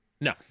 No